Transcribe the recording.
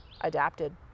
adapted